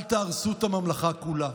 אל תהרסו את הממלכה כולה.